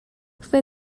fue